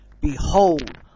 Behold